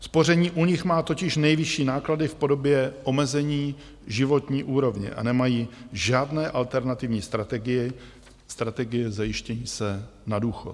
Spoření u nich má totiž nejvyšší náklady v podobě omezení životní úrovně a nemají žádné alternativní strategie zajištění se na důchod.